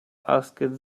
asked